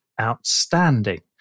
outstanding